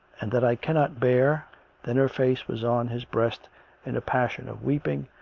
and that i can not bear then her face was on his breast in a passion of weeping,